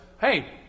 Hey